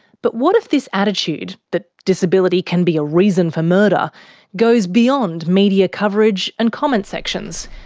but what if this attitude that disability can be a reason for murder goes beyond media coverage and comment sections?